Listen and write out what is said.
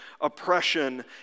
oppression